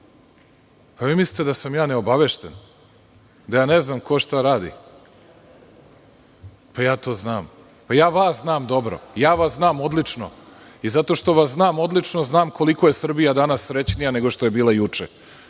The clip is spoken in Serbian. li vi mislite da sam ja neobavešten, da ja ne znam ko šta radi? Ja to znam, ja vas znam dobro, znam vas odlično i zato što vas znam odlično, znam koliko je Srbija danas srećnija nego što je bila juče